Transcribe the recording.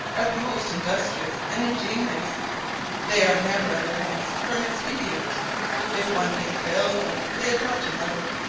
are the most industrious and ingenious they are never at a loss for an expedient if one thing fails them they adopt another,